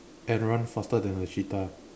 and run faster than a cheetah